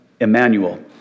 Emmanuel